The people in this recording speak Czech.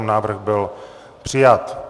Návrh byl přijat.